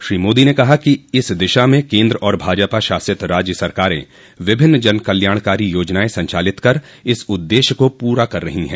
श्री मोदी ने कहा कि इस दिशा में केन्द्र और भाजपा शासित राज्य सरकारें विभिन्न जनकल्याणकारी योजनायें संचालित कर इस उद्देश्य को पूरा कर रही हैं